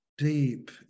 deep